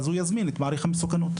הוא יזמין את מעריך המסוכנות.